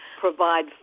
provide